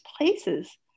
places